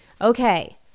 Okay